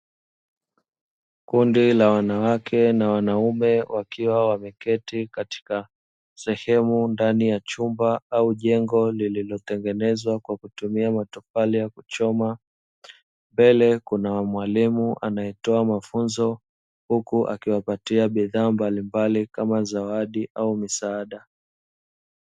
Kundi la wanawake na wanaume wakiwa wameketi katika sehemu ndani ya chumba au jengo lililotengenezwa kwa kutumia matofali ya kuchoma, mbele kuna mwalimu anayetoa mafunzo huku akiwapatia bidhaa mbalimbali kama zawadi au misaada.